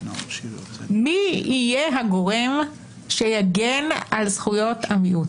מי יהיה הגורם שיגן על זכויות המיעוט?